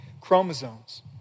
Chromosomes